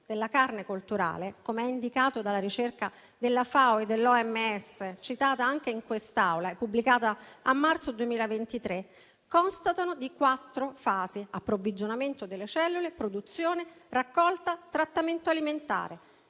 della carne colturale, come indicato dalla ricerca della FAO e dell'OMS citata anche in quest'Aula e pubblicata a marzo 2023, sono rappresentate dall'approvvigionamento delle cellule, dalla produzione, dalla raccolta e dal trattamento alimentare.